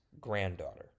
granddaughter